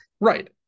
Right